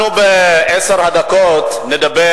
אנחנו נדבר